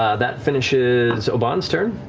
ah that finishes obann's turn